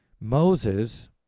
Moses